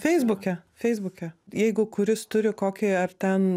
feisbuke feisbuke jeigu kuris turi kokį ar ten